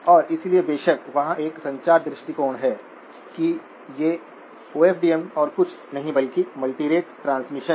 और इसलिए बेशक वहाँ एक संचार दृष्टिकोण है कि ये औ फ डी म और कुछ नहीं बल्कि मल्टीटोन ट्रांसमिशन है